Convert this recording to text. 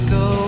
go